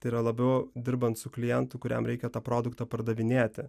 tai yra labiau dirbant su klientu kuriam reikia tą produktą pardavinėti